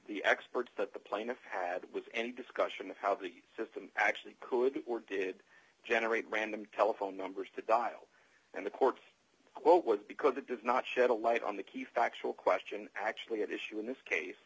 the experts that the plaintiff had was any discussion of how the system actually could or did generate random telephone numbers to dial and the court quote was because it does not shed a light on the key factual question actually at issue d in this case